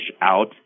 out